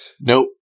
Nope